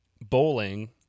bowling